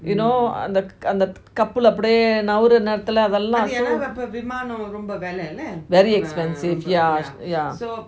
you know uh th~ அந்த கப்பல் அப்பிடியே நாவூற நேரத்துல:antha kappal apidiyae navura nerathula very expensive yeah yeah